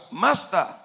master